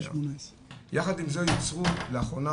יחד עם זה ייצרו לאחרונה,